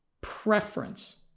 preference